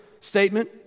statement